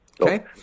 Okay